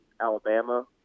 Alabama